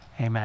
Amen